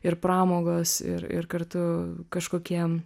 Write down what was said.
ir pramogos ir ir kartu kažkokie